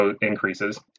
increases